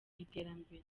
iterambere